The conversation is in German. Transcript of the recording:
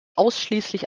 ausschließlich